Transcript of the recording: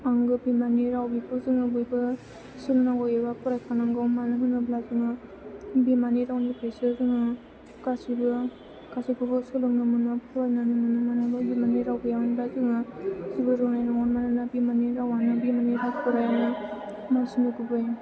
आंगो बिमानि राव बेखौ जोङो बयबो सोलोंनांगौ एबा फरायखानांगौ मानो होनोब्ला जोङो बिमानि रावनिफ्रायसो जोङो गासिबो गासिखौबो सोलोंनो मोनो फरायनानै मोनो बिमानि राव गैयामोनब्ला जोङो जेबो रोंनाय नङामोन बिमानि रावानो बिमानि फरायानो मानसिनि गुबै